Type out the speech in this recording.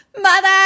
Mother